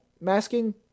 masking